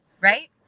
right